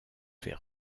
fait